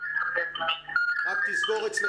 בעצם הכול טוב ויפה בדיון, רק בסוף אתה מדבר על